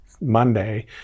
Monday